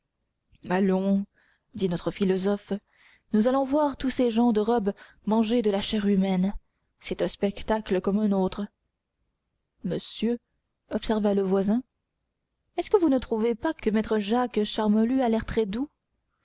allons dit notre philosophe nous allons voir tous ces gens de robe manger de la chair humaine c'est un spectacle comme un autre monsieur observa le voisin est-ce que vous ne trouvez pas que maître jacques charmolue a l'air très doux